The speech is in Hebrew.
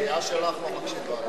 הסיעה שלך לא מקשיבה לה.